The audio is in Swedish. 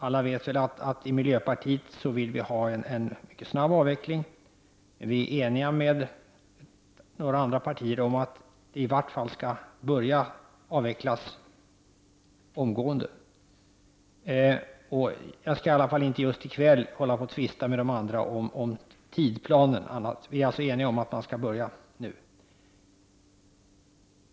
Alla vet väl att i miljöpartiet vill vi ha en mycket snabb avveckling. Vi är ense med några andra partier om att avvecklingen i vart fall skall påbörjas omgående. Jag skall inte i kväll hålla på och tvista med de andra om tidsplanen — vi är alltså överens om att man skall börja nu.